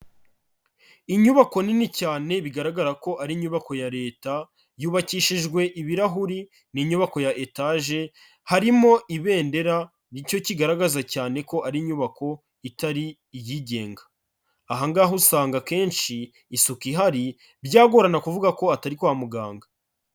Inyubako nini cyane bigaragara ko ari inyubako ya leta, yubakishijwe ibirahuri, ni inyubako ya etaje, harimo ibendera ni cyo kigaragaza cyane ko ari inyubako itari iyigenga, aha ngaha usanga akenshi isuku ihari byagorana kuvuga ko atari kwa muganga.